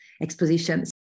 expositions